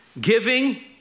Giving